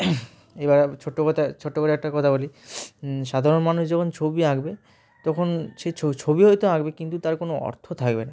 এবারে ছোটো কথায় ছোট্টো করে একটা কথা বলি সাধারণ মানুষ যখন ছবি আঁকবে তখন সেই ছ ছবি হয়তো আঁকবে কিন্তু তার কোনো অর্থ থাকবে না